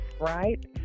Right